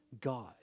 God